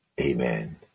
Amen